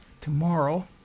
tomorrow